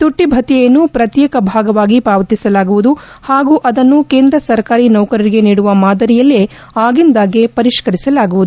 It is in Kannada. ತುಟ್ಟಿ ಭತ್ತೆಯನ್ನು ಪ್ರತ್ಯೇಕ ಭಾಗವಾಗಿ ಪಾವತಿಸಲಾಗುವುದು ಹಾಗೂ ಅದನ್ನು ಕೇಂದ್ರ ಸರ್ಕಾರಿ ನೌಕರರಿಗೆ ನೀಡುವ ಮಾದರಿಯಲ್ಲೇ ಆಗಿಂದಾಗ್ಗೆ ಪರಿಷ್ತರಿಸಲಾಗುವುದು